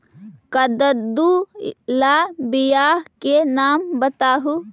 कददु ला बियाह के नाम बताहु?